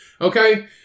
Okay